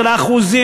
של האחוזים,